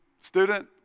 student